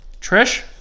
Trish